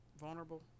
vulnerable